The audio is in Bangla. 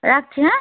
রাখছি হ্যাঁ